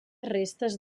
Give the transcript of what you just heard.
restes